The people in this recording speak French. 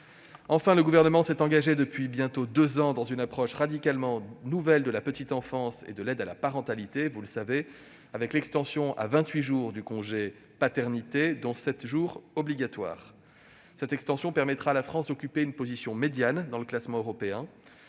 Enfin, le Gouvernement s'est engagé depuis bientôt deux ans dans une approche radicalement nouvelle de la petite enfance et de l'aide à la parentalité, avec l'extension à vingt-huit jours du congé paternité, dont sept jours obligatoires. Cette extension permettra à la France d'occuper une position médiane dans le classement européen.